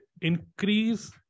increase